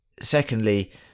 secondly